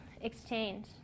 exchange